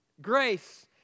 grace